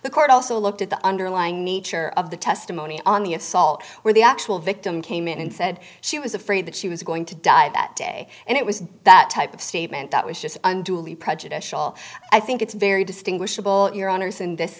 the court also looked at the underlying nature of the testimony on the assault where the actual victim came in and said she was afraid that she was going to die that day and it was that type of statement that was just unduly prejudicial i think it's very distinguishable in your honour's in this